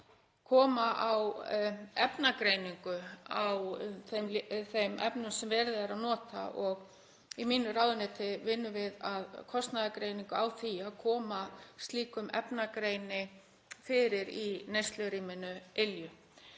koma á efnagreiningu á þeim efnum sem verið er að nota. Í mínu ráðuneyti vinnum við að kostnaðargreiningu á því að koma slíkum efnagreini fyrir í neyslurýminu Ylju.